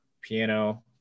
piano